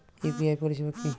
UPI পরিসেবা কি?